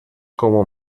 como